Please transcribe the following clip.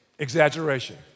exaggeration